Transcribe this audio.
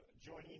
joining